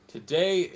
Today